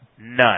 None